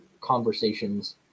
conversations